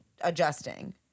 adjusting